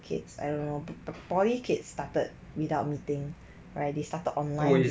kids I don't know poly kids started without meeting right they started online